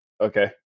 okay